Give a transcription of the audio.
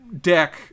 deck